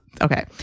Okay